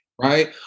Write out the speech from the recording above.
right